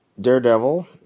Daredevil